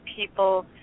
people –